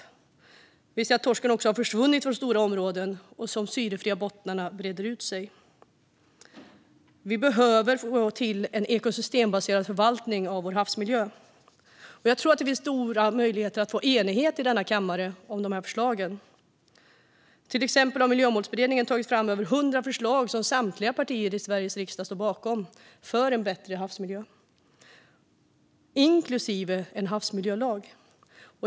Vi ser även att torsken har försvunnit från stora områden och att de syrefria bottnarna breder ut sig. Vi behöver få till en ekosystembaserad förvaltning av vår havsmiljö. Jag tror att det finns stora möjligheter att få enighet i denna kammare om dessa förslag - till exempel har Miljömålsberedningen tagit fram över hundra förslag som samtliga partier i Sveriges riksdag står bakom för en bättre havsmiljö, inklusive en havsmiljölag.